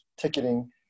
ticketing